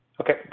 Okay